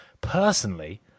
Personally